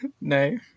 No